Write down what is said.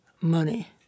money